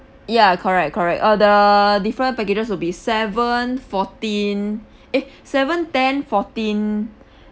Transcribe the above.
ya correct correct uh the different packages will be seven fourteen eh seven ten fourteen